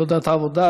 ועדת העבודה,